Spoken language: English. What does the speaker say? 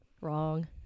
wrong